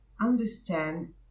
understand